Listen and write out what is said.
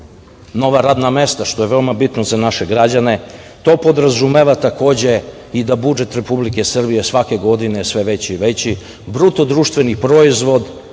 nova radna mesta, što je veoma bitno za naše građane, i to podrazumeva takođe da budžet Republike Srbije, svaki godine je sve veći i veći, BDP, o kome smo